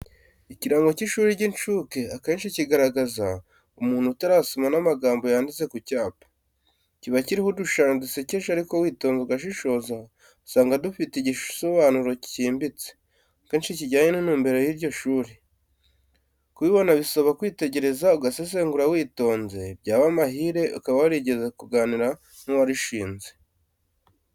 Ikirango cy'ishuri ry'incuke akenshi kirigaragaza, umuntu atarasoma n'amagambo yanditse ku cyapa, kiba kiriho udushushanyo dusekeje ariko witonze ugashishoza usanga dufite igisobanuro cyimbitse, akenshi kijyanye n'intumbero y'iryo shuri. Kubibona bisaba kwitegereza, ugasesengura witonze, byaba mahire ukaba warigeze kuganira n'uwarishinze.